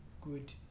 good